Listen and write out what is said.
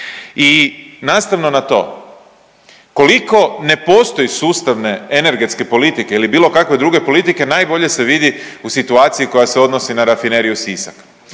I nastavno na to koliko ne postoji sustavne energetske politike ili bilo kakve druge politike najbolje se vidi u situaciji koja se odnosi na Rafineriju Sisak.